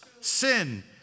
sin